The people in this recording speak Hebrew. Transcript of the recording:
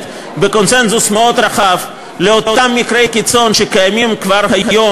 בקונסנזוס מאוד רחב לאותם מקרי קיצון שקיימים כבר היום